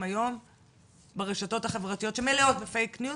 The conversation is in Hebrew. היום ברשתות החברתיות שמלאות בפייק ניוז,